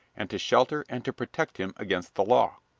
and to shelter and to protect him against the law.